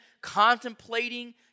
contemplating